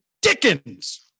dickens